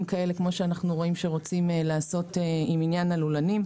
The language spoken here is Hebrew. כאלה כמו שאנחנו רואים שרוצים לעשות בעניין הלולנים.